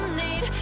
need